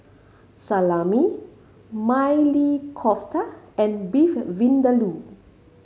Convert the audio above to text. Salami Maili Kofta and Beef Vindaloo